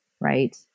right